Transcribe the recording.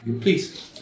Please